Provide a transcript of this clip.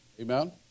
Amen